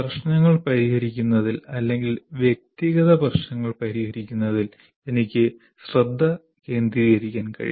പ്രശ്നങ്ങൾ പരിഹരിക്കുന്നതിൽ അല്ലെങ്കിൽ വ്യക്തിഗത പ്രശ്നങ്ങൾ പരിഹരിക്കുന്നതിൽ എനിക്ക് ശ്രദ്ധ കേന്ദ്രീകരിക്കാൻ കഴിയും